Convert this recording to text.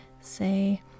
say